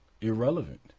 irrelevant